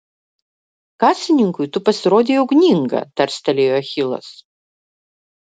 kasininkui tu pasirodei ugninga tarstelėjo achilas